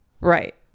Right